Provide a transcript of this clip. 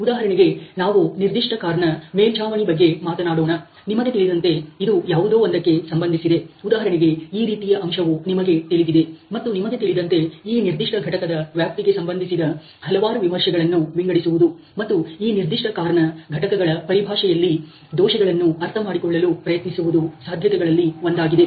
ಉದಾಹರಣೆಗೆ ನಾವು ನಿರ್ದಿಷ್ಟ ಕಾರ್ ನ ಮೇಲ್ಚಾವಣಿ ಬಗ್ಗೆ ಮಾತನಾಡೋಣ ನಿಮಗೆ ತಿಳಿದಂತೆ ಇದು ಯಾವುದೋ ಒಂದಕ್ಕೆ ಸಂಬಂಧಿಸಿದೆ ಉದಾಹರಣೆಗೆ ಈ ರೀತಿಯ ಅಂಶವು ನಿಮಗೆ ತಿಳಿದಿದೆ ಮತ್ತು ನಿಮಗೆ ತಿಳಿದಂತೆ ಈ ನಿರ್ದಿಷ್ಟ ಘಟಕದ ವ್ಯಾಪ್ತಿಗೆ ಸಂಬಂಧಿಸಿದ ಹಲವಾರು ವಿಮರ್ಶೆಗಳನ್ನು ವಿಂಗಡಿಸುವುದು ಮತ್ತು ಈ ನಿರ್ದಿಷ್ಟ ಕಾರ್ ನ ಘಟಕಗಳ ಪರಿಭಾಷೆಯಲ್ಲಿ ದೋಷಗಳನ್ನು ಅರ್ಥಮಾಡಿಕೊಳ್ಳಲು ಪ್ರಯತ್ನಿಸುವುದು ಸಾಧ್ಯತೆಗಳಲ್ಲಿ ಒಂದಾಗಿದೆ